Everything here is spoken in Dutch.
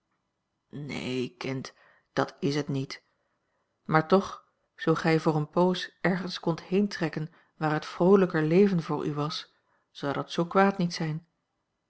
neen kind dat is het niet maar toch zoo gij voor eene poos ergens kondt heentrekken waar het vroolijker leven voor u was zou dat zoo kwaad niet zijn